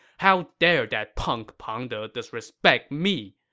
how dare that punk pang de disrespect me!